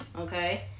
okay